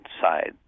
side